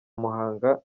muhanga